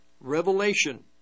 revelation